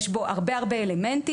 יש בו הרבה אלמנטים.